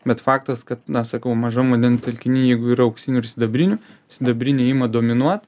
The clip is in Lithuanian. bet faktas kad na sakau mažam vandens telkiny jeigu yra auksinių ir sidabrinių sidabriniai ima dominuot